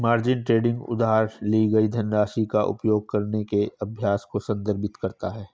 margin trading उधार ली गई धनराशि का उपयोग करने के अभ्यास को संदर्भित करता है